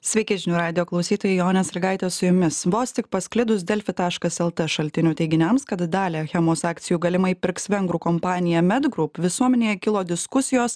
sveiki žinių radijo klausytojai jonė sąlygaitė su jumis vos tik pasklidus delfi taškas lt šaltinių teiginiams kad dalį achemos akcijų galimai pirks vengrų kompanija med group visuomenėje kilo diskusijos